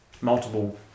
multiple